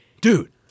dude